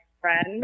friend